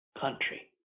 country